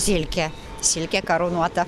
silkė silkė karūnuota